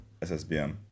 SSBM